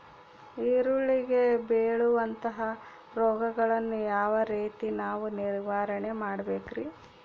ಈರುಳ್ಳಿಗೆ ಬೇಳುವಂತಹ ರೋಗಗಳನ್ನು ಯಾವ ರೇತಿ ನಾವು ನಿವಾರಣೆ ಮಾಡಬೇಕ್ರಿ?